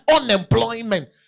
unemployment